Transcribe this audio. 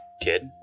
kid